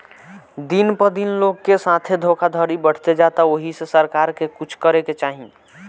दिन प दिन लोग के साथे धोखधड़ी बढ़ते जाता ओहि से सरकार के कुछ करे के चाही